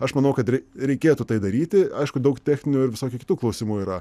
aš manau kad reikėtų tai daryti aišku daug techninių ir visokių kitų klausimų yra